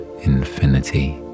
infinity